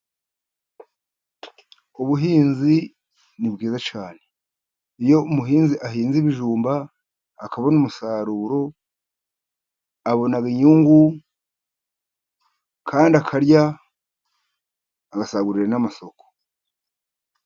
Ubuhinzi ni bwiza cyane. Iyo umuhinzi ahinze ibijumba akabona umusaruro, abona inyungu kandi akarya, agasagurira n'amasoko.